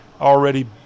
already